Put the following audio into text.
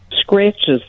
scratches